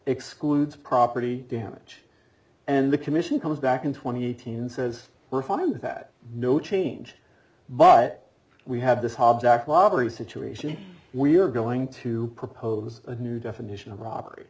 excludes property damage and the commission comes back in twenty eight hundred says we're fine with that no change but we have this hobbs act lottery situation we're going to propose a new definition of robbery